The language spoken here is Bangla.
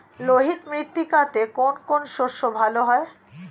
লোহিত মৃত্তিকাতে কোন কোন শস্য ভালো হয়?